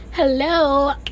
hello